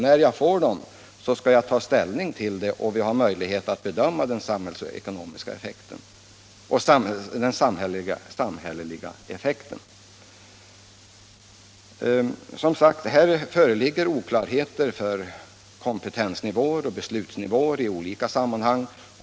När han fick sådana, skulle han ta ställning till dem och bedöma de samhällsekonomiska effekterna. Här föreligger tydligen oklarhet i fråga om kompetensgränser och beslutsnivåer som bör klarläggas.